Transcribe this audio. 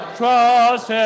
trust